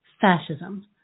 fascism